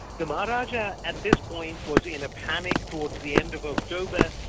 the maharajah at this point was in a panic towards the end of october,